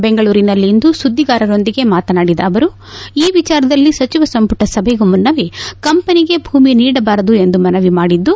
ಬೆಂಗಳೂರಿನಲ್ಲಿಂದು ಸುದ್ದಿಗಾರರೊಂದಿಗೆ ಮಾತನಾಡಿದ ಅವರು ಈ ವಿಚಾರದಲ್ಲಿ ಸಚಿವ ಸಂಪುಟ ಸಭೆಗೂ ಮನ್ನವೆ ಕಂಪನಿಗೆ ಭೂಮಿ ನೀಡಬಾರದು ಎಂದು ಮನವಿ ಮಾಡಿದ್ದು